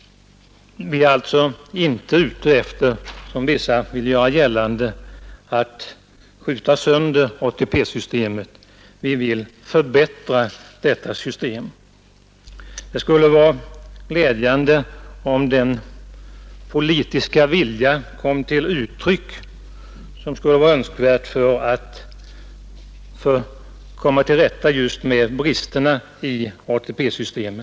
Vi är alltså inte ute efter att skjuta sönder ATP-systemet, som vissa vill göra gällande, utan vi vill förbättra tryggheten i detta system. Det skulle vara glädjande om den politiska viljan fanns för att uppnå detta mål.